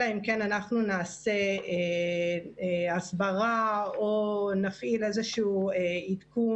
אלא אם כן אנחנו נעשה הסברה או נפעיל איזה עדכון,